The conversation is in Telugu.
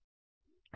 హా లేదు